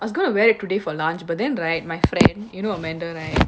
I was gonna wear today for lunch but then right my friend you know amanda right